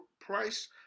price